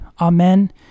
amen